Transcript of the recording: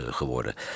geworden